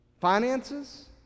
Finances